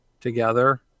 together